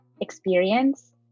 experience